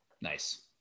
Nice